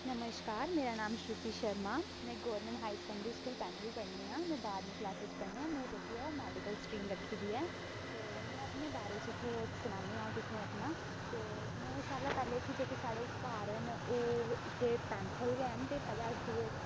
नमश्कार मेरा नाम श्रुति शर्मा मै government high secondary school Panthal पढ़नी आं मै बाह्रमीं क्लास च पढ़नी आं मै जेह्की ऐ ओह् मेडिकल स्ट्रीम रक्खी दी ऐ ते मै अपने बारे च इत्थें सनानी अ'ऊं तुसेंगी अपना ते में सारे ला पैह्ले जेह्के साढ़े घर न ओह् इत्थें पैंथल गै न ते पैह्ले अस दुए घर